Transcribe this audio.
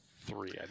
three